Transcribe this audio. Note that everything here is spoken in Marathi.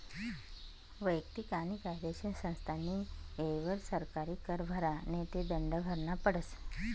वैयक्तिक आणि कायदेशीर संस्थास्नी येयवर सरकारी कर भरा नै ते दंड भरना पडस